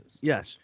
yes